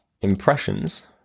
impressions